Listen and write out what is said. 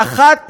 באחת,